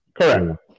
correct